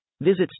Visit